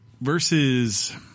versus